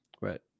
Right